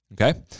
Okay